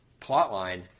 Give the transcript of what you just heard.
plotline